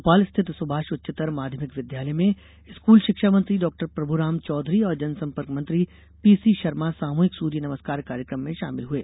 भोपाल स्थित सुभाष उच्चतर माध्यमिक विद्यालय में स्कूल शिक्षा मंत्री डाक्टर प्रभुराम चौधरी और जनसंपर्क मंत्री पीसीशर्मा सामूहिक सूर्य नमस्कार कार्यक्रम में शामिल हुए